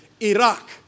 Iraq